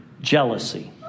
jealousy